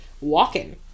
walking